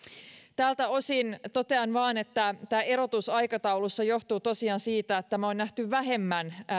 tältä osin totean vain että tämä erotus aikataulussa johtuu tosiaan siitä että tämä on nähty vähemmän